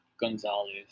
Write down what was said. Gonzalez